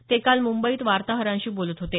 ते काल मुंबईत वार्ताहरांशी बोलत होते